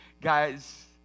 guys